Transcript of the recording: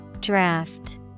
Draft